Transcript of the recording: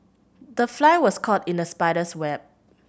the fly was caught in the spider's web